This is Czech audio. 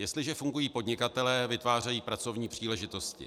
Jestliže fungují podnikatelé, vytvářejí pracovní příležitosti.